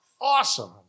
awesome